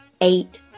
eight